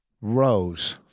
Rows